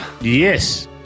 Yes